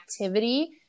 activity